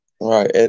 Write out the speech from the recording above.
Right